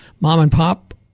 mom-and-pop